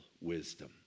wisdom